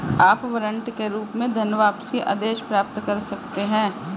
आप वारंट के रूप में धनवापसी आदेश प्राप्त कर सकते हैं